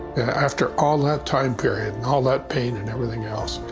after all that time period, all that pain and everything else,